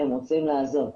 הם רוצים לעזוב.